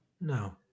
No